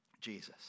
Jesus